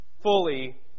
fully